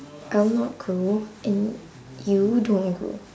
I will not grow and you don't grow